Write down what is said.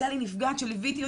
הייתה לי נפגעת שליוויתי אותה,